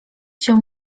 się